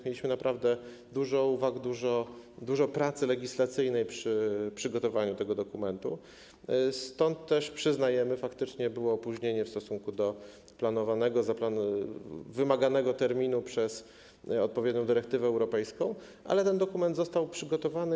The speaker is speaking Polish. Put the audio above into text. Mieliśmy naprawdę dużo uwag, dużo pracy legislacyjnej przy przygotowaniu tego dokumentu, stąd też przyznajemy, że faktycznie było opóźnienie w stosunku do planowanego terminu, wymaganego przez odpowiednią dyrektywę europejską, ale ten dokument został przygotowany.